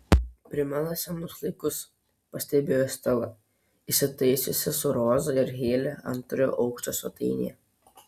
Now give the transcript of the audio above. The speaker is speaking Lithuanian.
primena senus laikus pastebėjo stela įsitaisiusi su roza ir heile antrojo aukšto svetainėje